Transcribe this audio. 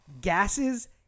gases